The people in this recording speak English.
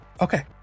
Okay